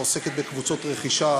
העוסקת בקבוצות רכישה,